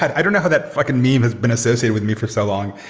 i don't know how that fucking meme has been associated with me for so long.